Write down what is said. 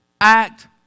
act